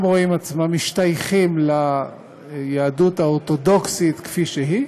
רואים עצמם משתייכים ליהדות האורתודוקסית כפי שהיא